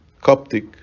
Coptic